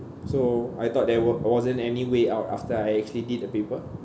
so I thought there w~ wasn't any way out after I actually did the paper